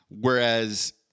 Whereas